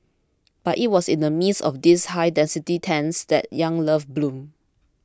but it was in the midst of these high density tents that young love bloomed